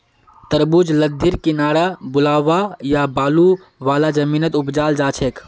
तरबूज लद्दीर किनारअ बलुवा या बालू वाला जमीनत उपजाल जाछेक